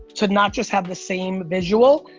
to not just have the same visual.